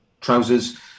trousers